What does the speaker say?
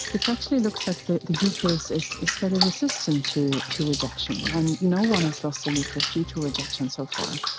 actually looks like the the uterus is is fairly resistant to to rejection, and no one has lost a uterus due to rejection so far.